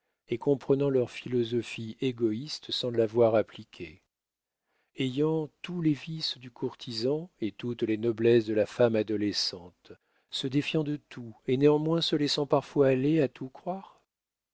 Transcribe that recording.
et comprenant leur philosophie égoïste sans l'avoir appliquée ayant tous les vices du courtisan et toutes les noblesses de la femme adolescente se défiant de tout et néanmoins se laissant parfois aller à tout croire